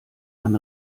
man